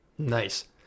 nice